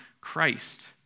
Christ